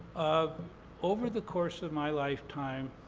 over the course of my lifetime,